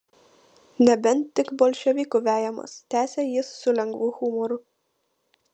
nebent tik bolševikų vejamas tęsė jis su lengvu humoru